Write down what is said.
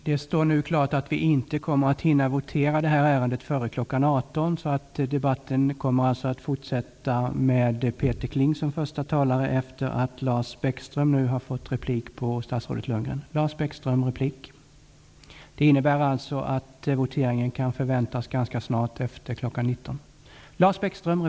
Det står nu klart att vi inte kommer att hinna votera detta ärende före kl. 18.00. Debatten kommer att fortsätta med Peter Kling som förste talare efter att Lars Bäckström nu fått replik på statsrådet Bo Lundgren. Det innebär att votering kan väntas ganska snart efter kl. 19.00.